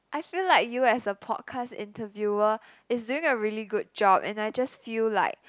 I feel like you as a podcast interviewer is doing a really good job and I just feel like